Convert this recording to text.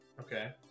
Okay